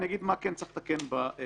אני אגיד מה כן צריך לתקן בה.